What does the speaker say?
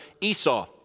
Esau